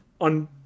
on